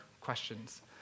questions